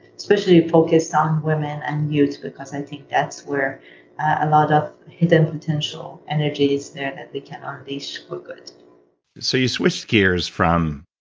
especially focused on women and youth because i think that's where a lot hidden potential energies there that they can um unleash for good so you switched gears from